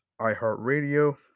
iHeartRadio